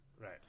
Right